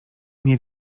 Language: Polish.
nie